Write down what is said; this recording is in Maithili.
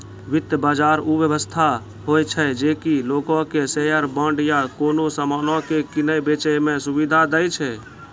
वित्त बजार उ व्यवस्था होय छै जे कि लोगो के शेयर, बांड या कोनो समानो के किनै बेचै मे सुविधा दै छै